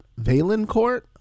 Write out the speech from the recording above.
Valencourt